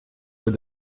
with